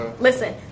listen